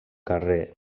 carrer